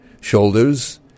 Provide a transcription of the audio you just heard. shoulders